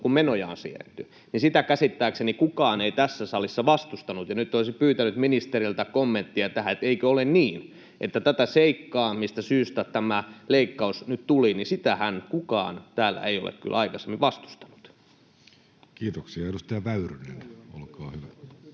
kuin menoja on siirretty — ei käsittääkseni kukaan tässä salissa vastustanut, ja nyt olisin pyytänyt ministeriltä kommenttia tähän. Eikö ole niin, että tätä seikkaa, mistä syystä tämä leikkaus nyt tuli, kukaan täällä ei ole kyllä aikaisemmin vastustanut? Kiitoksia. — Edustaja Väyrynen, olkaa hyvä.